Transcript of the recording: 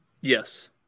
Yes